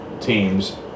teams